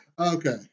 Okay